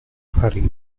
hurry